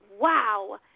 wow